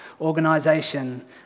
organization